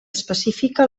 específica